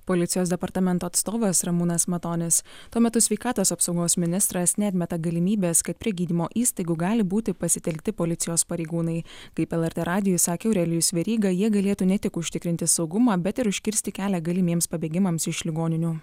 policijos departamento atstovas ramūnas matonis tuo metu sveikatos apsaugos ministras neatmeta galimybės kad prie gydymo įstaigų gali būti pasitelkti policijos pareigūnai kaip lrt radijui sakė aurelijus veryga jie galėtų ne tik užtikrinti saugumą bet ir užkirsti kelią galimiems pabėgimams iš ligoninių